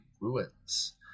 ruins